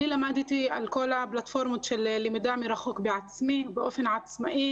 אני למדתי על כל הפלטפורמות של למידה מרחוק באופן עצמאי.